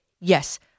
Yes